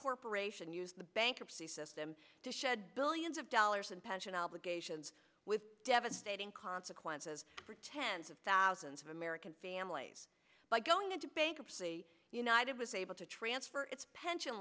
corporation use the bankruptcy system to shed billions of dollars in pension obligations with devastating consequences for tens of thousands of american families by going into bankruptcy united was able to transfer its pension